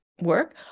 work